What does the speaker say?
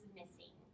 missing